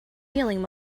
feeling